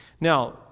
Now